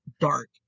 dark